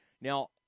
Now